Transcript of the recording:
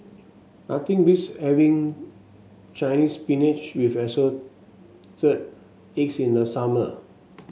nothing beats having Chinese Spinach with eggs in the summer